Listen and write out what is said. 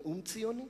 נאום ציוני.